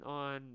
on